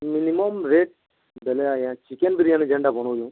minimum rate ଦେଲେ ଆଜ୍ଞା chicken biryani ଯେନ୍ଟା ବନଉଛୁ